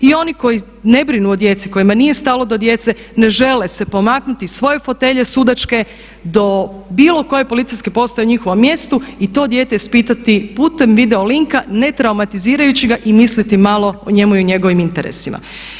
I oni koji ne brinu o djeci, kojima nije stalo do djece ne žele se pomaknuti iz svoje fotelje sudačke do bilo koje policijske postaje u njihovom mjestu i to dijete ispitati putem video linka ne traumatizirajući ga i misliti malo o njemu i o njegovim interesima.